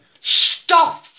Stop